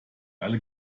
alle